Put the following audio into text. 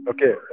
Okay